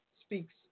speaks